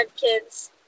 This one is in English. kids